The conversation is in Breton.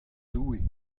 doue